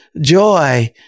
joy